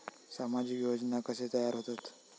सामाजिक योजना कसे तयार होतत?